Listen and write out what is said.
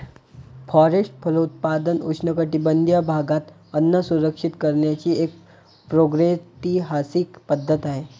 forest फलोत्पादन उष्णकटिबंधीय भागात अन्न सुरक्षित करण्याची एक प्रागैतिहासिक पद्धत आहे